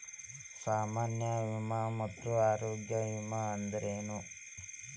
ಸಾಮಾನ್ಯ ವಿಮಾ ಮತ್ತ ಆರೋಗ್ಯ ವಿಮಾ ಅಂದ್ರೇನು?